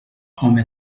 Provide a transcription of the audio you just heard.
home